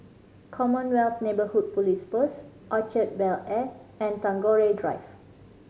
Commonwealth Neighbourhood Police Post Orchard Bel Air and Tagore Drive